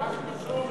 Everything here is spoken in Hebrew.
הצעת החוק עברה,